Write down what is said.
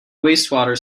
wastewater